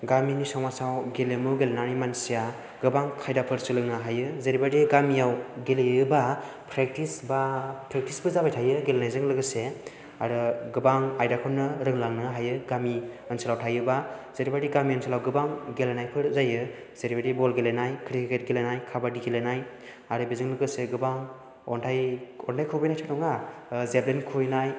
गामिनि समाजाव गेलेमु गेलेनानै मानसिया गोबां खायदाफोर सोलोंनो हायो जेरैबायदि गामियाव गेलेयोबा प्रेक्टिस एबा प्रेक्टिस फोर जाबाय थायो गेलेनायजों लोगोसे आरो गोबां आयदाखौनो रोंलांनो हायो गामि ओनसोलाव थायोबा जेरैबायदि गामि ओनसोलाव गोबां गेलेनायफोर जायो जेरैबायदि बल गेलेनाय क्रिकेट गेलेनाय काबाडि गेलेनाय आरो बेजों लोगोसे गोबां अन्थाइ अन्थाइ खुबैनायथ' नङा जेभलिन खुबैनाय